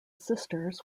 sisters